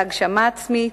להגשמה עצמית,